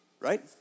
Right